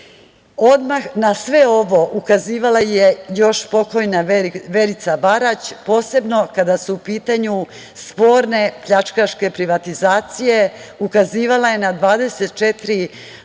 na sve ovo ukazivala je još, pokojna Verica Barać, posebno kada su u pitanju sporne pljačkaške privatizacije, ukazivala je na 24